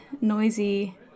noisy